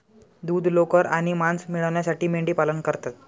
दूध, लोकर आणि मांस मिळविण्यासाठी मेंढीपालन करतात